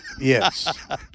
Yes